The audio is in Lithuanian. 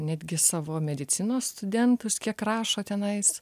netgi savo medicinos studentus kiek rašo tenais